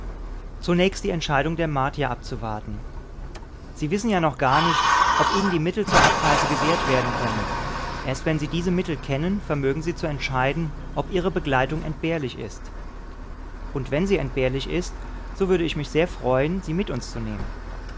zunächst die entscheidung der martier abzuwarten sie wissen ja noch gar nicht ob ihnen die mittel zur abreise gewährt werden können erst wenn sie diese mittel kennen vermögen sie zu entscheiden ob ihre begleitung entbehrlich ist und wenn sie entbehrlich ist so würde ich mich sehr freuen sie mit zu uns zu nehmen